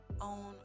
own